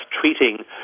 treating